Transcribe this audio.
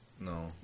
No